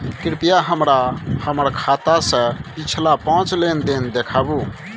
कृपया हमरा हमर खाता से पिछला पांच लेन देन देखाबु